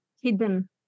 hidden